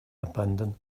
abandon